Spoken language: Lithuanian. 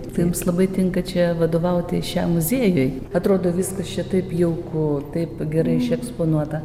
tai jums labai tinka čia vadovauti šiam muziejui atrodo viskas čia taip jauku taip gerai eksponuota